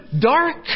dark